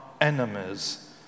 enemies